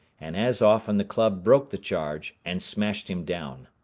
and as often the club broke the charge and smashed him down.